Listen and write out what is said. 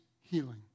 healing